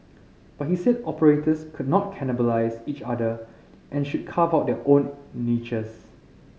but he said operators could not cannibalise each other and should carve out their own niches